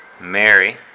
Mary